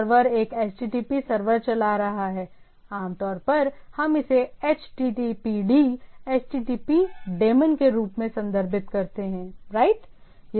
server एक HTTP server चला रहा है आमतौर पर हम इसे HTTPD HTTP डेमन के रूप में संदर्भित करते हैं राइट